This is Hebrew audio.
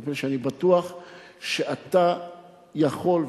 מפני שאני בטוח שאתה יכול,